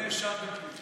נאשם בפלילים.